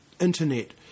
internet